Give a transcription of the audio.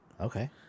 Okay